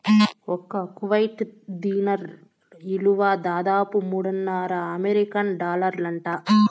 ఒక్క Kuwait dinar ఇలువ దాదాపు మూడున్నర అమెరికన్ డాలర్లంట